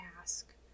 ask